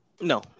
no